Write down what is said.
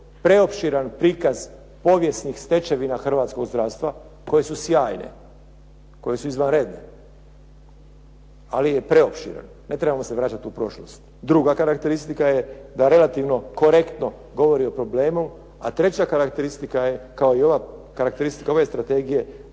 preopširan prikaz povijesnih stečevina hrvatskog zdravstva koje su sjajne, koje su izvanredne, ali je preopširan. Ne trebamo se vraćati u prošlost. Druga karakteristika je da relativno korektno govori o problemu, a treća karakteristika je kao i karakteristika ove strategije